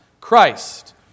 Christ